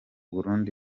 burundi